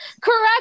Correct